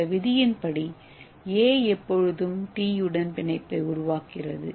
இந்த விதியின் படி ஒரு எப்போதும் டி உடன் பிணைப்பை உருவாக்குகிறது